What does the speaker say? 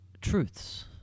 truths